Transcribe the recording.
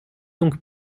donc